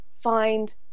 find